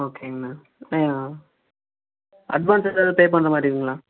ஓகேங்கண்ணா அட்வான்ஸ் எதாவது பே பண்ணுற மாதிரி இருக்குங்களா